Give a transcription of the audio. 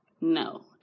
no